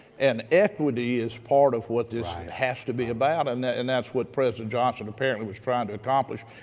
and equity is part of what this has to be about, and and that's what president johnson apparently was trying to accomplish.